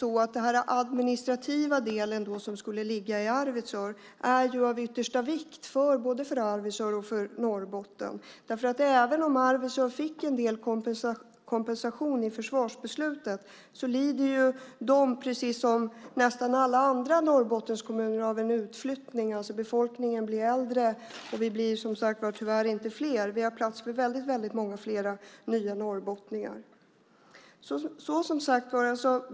Den administrativa delen som skulle ligga i Arvidsjaur är av yttersta vikt både för Arvidsjaur och för Norrbotten. Även om Arvidsjaur fick en del kompensation i försvarsbeslutet lider de, precis som nästan alla andra Norrbottenskommuner, av en utflyttning. Befolkningen blir äldre, och vi blir tyvärr inte fler. Vi har plats för många, många fler nya norrbottningar.